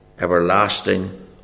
everlasting